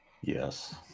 Yes